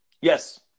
Yes